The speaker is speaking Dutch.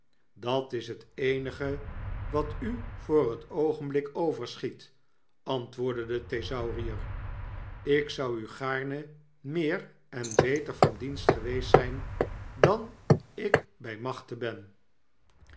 dat is het eenige wat u voor het oogenblik overschiet antwoordde de thesaurier ikzou u gaarne meer en beter van dienst geweest zjjn dan ik bij machte ben